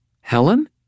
Helen